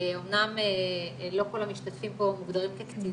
אמנם לא כל המשתתפים פה מוגדרים כקטינים,